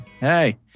Hey